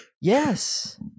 Yes